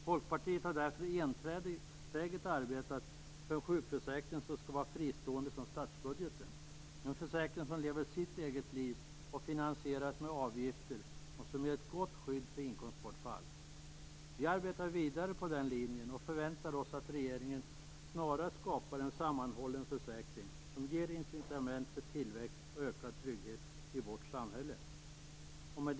Folkpartiet har därför enträget arbetat för en sjukförsäkring som skall vara fristående från statsbudgeten - en försäkring som lever sitt eget liv, finansieras med avgifter och som ger ett gott skydd för inkomstbortfall. Vi arbetar vidare på den linjen och förväntar oss att regeringen snarast skapar en sammanhållen försäkring som ger incitament för tillväxt och ökad trygghet i vårt samhälle. Fru talman!